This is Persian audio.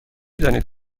دانید